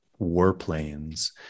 warplanes